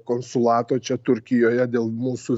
konsulato čia turkijoje dėl mūsų